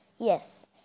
Yes